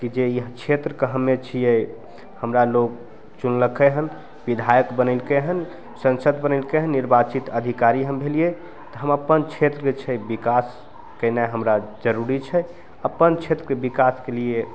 कि जे इएह क्षेत्रके हमे छिए हमरा लोक चुनलकै हँ विधायक बनेलकै हँ संसद बनेलकै हँ निर्वाचित अधिकारी हम भेलिए तऽ हम अपन क्षेत्रके जे छै विकास केनाइ हमरा जरूरी छै अपन क्षेत्रके विकासके लिए